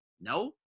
No